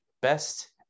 Best